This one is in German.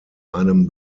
einem